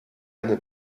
eine